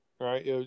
right